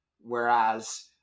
Whereas